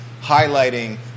highlighting